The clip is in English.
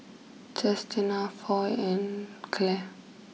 Chestina Foy and Clair